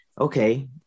Okay